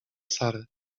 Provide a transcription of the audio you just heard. sarę